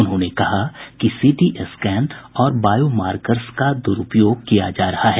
उन्होंने कहा कि सीटी स्कैन और बायोमार्कर्स का दुरूपयोग किया जा रहा है